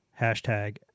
hashtag